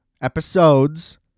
episodes